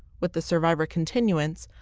with the survivor continuance,